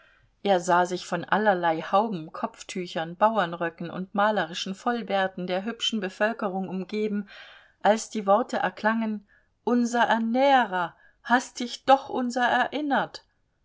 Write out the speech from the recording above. er sah sich von allerlei hauben kopftüchern bauernröcken und malerischen vollbärten der hübschen bevölkerung umgeben als die worte erklangen unser ernährer hast dich doch unser erinnert